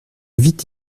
vite